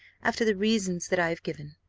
after the reasons that i have given.